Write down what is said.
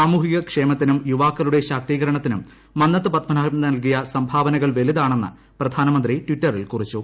സാമൂഹിക ക്ഷേമത്തിനും യുവാക്കളുടെ ശാക്തീകരണത്തിനും മന്നത്ത് പദ്മനാഭൻ നൽകിയ സംഭാവനകൾ വലുതാണെന്ന് പ്രധാനമന്ത്രി ട്വിറ്ററിൽ കുറിച്ചു